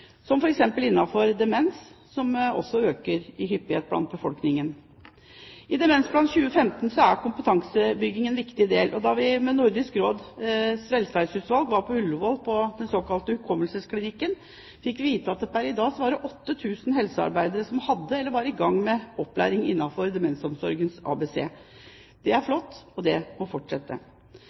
demens, der det også er en økning i hyppighet blant befolkningen. I Demensplan 2015 er kompetansebygging en viktig del. Da vi var med Nordisk Råds velferdsutvalg på Ullevål, på den såkalte hukommelsesklinikken, fikk vi vite at pr. i dag var det 8 000 helsearbeidere som hadde eller var i gang med opplæringen innenfor Demensomsorgens ABC. Det er flott, og det må fortsette.